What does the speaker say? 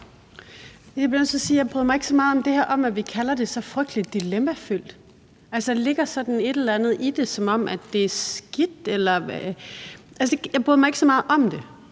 ikke bryder mig så meget om det her med, at vi kalder det så frygtelig dilemmafyldt. Der ligger sådan et eller andet i det, som om det er skidt. Jeg bryder mig ikke så meget om det.